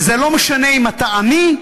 וזה לא משנה אם אתה עני,